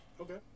Okay